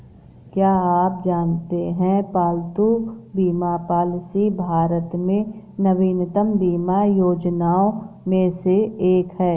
क्या आप जानते है पालतू बीमा पॉलिसी भारत में नवीनतम बीमा योजनाओं में से एक है?